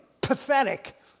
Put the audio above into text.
pathetic